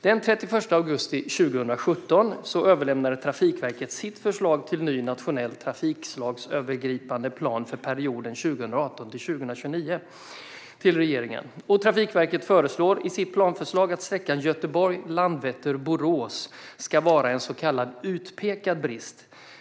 Den 31 augusti 2017 överlämnade Trafikverket sitt förslag till ny nationell trafikslagsövergripande plan för perioden 2018-2029 till regeringen. Trafikverket föreslår i sitt planförslag att sträckan Göteborg-Landvetter-Borås ska vara en så kallad utpekad brist.